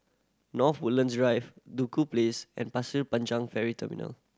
North Woodlands Drive Duku Place and Pasir Panjang Ferry Terminal